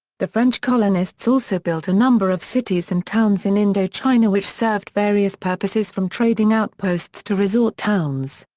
the french colonists also built a number of cities and towns in indochina which served various purposes from trading outposts to resort towns.